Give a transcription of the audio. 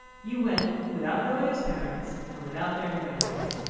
you went without knowing his parents, and without their inviting you?